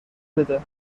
بده